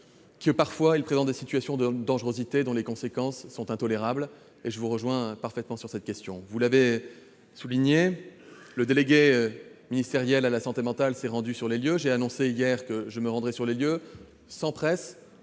parfois des situations de dangerosité, dont les conséquences sont intolérables, je vous rejoins parfaitement sur ce point. Vous l'avez souligné, le délégué ministériel à la santé mentale s'est rendu sur les lieux. J'ai annoncé hier que je le ferai également, sans presse,